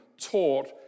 taught